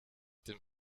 dem